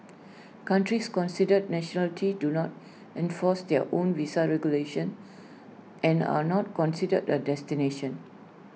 countries considered nationality do not enforce their own visa regulations and are not considered A destination